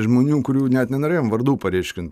žmonių kurių net nenorėjom vardų paryškint